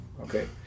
Okay